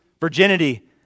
virginity